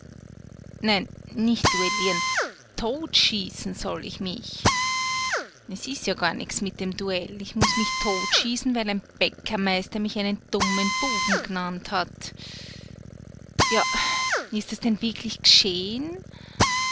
nein nicht duellieren totschießen soll ich mich es ist gar nichts mit dem duell ich muß mich totschießen weil ein bäckermeister mich einen dummen buben genannt hat ja ist es denn wirklich g'scheh'n